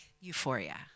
euphoria